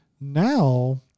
Now